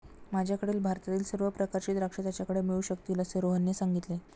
माझ्याकडील भारतातील सर्व प्रकारची द्राक्षे त्याच्याकडे मिळू शकतील असे रोहनने सांगितले